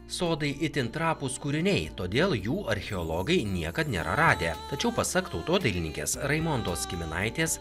sodai itin trapūs kūriniai todėl jų archeologai niekad nėra radę tačiau pasak tautodailininkės raimondos kiminaitės